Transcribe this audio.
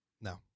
No